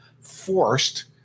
forced